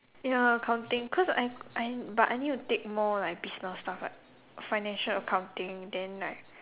ya accounting cause I I but I need to take more like business stuff like financial accounting then like